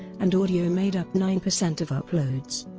and audio made up nine percent of uploads.